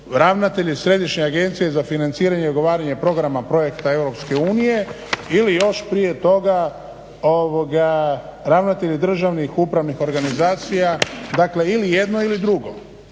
ravnatelji središnje agencije za financiranje i ogovaranje programa projekta EU ili još prije toga ravnatelji državnih upravnih organizacija, dakle ili jedno ili drugo.